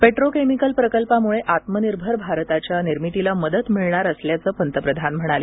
petrochemical प्रकल्पामुळे आत्मनिर्भर भारताच्या निर्मितीला मदत मिळणार असल्याचं पंतप्रधान म्हणाले